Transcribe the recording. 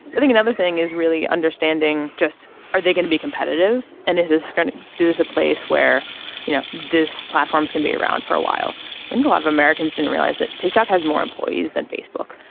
i think another thing is really understanding just are they going to be competitive and is this going to this is a place where you know this platforms can be around for a while and a lot of americans don't realize that ticktock has more employees than facebook.